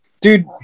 dude